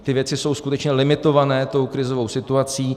Ty věci jsou skutečně limitované tou krizovou situací.